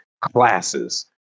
classes